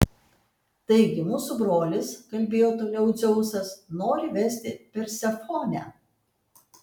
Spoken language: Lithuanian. taigi mūsų brolis kalbėjo toliau dzeusas nori vesti persefonę